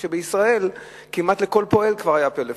כשבישראל כמעט לכל פועל כבר היה פלאפון.